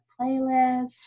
playlist